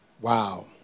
Wow